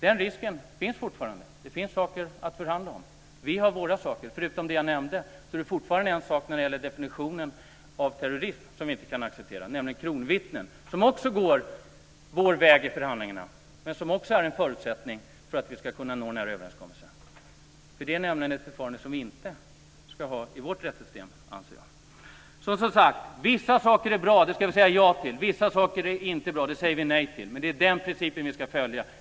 Den risken finns fortfarande. Det finns frågor att förhandla om. Vi har våra frågor. Förutom det jag nämnde är det fortfarande ett förslag när det gäller definitionen av terrorism som vi inte kan acceptera, nämligen förslaget om kronvittnen. Också här går förhandlingarna vår väg. Det är en förutsättning för att vi ska nå en överenskommelse. Det som föreslås är ett förfarande som vi inte ska i vårt rättssystem, anser jag. Vissa saker är bra; dem ska vi säga ja till. Vissa saker är inte bra. Dem säger vi nej till. Det är den principen vi ska följa.